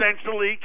essentially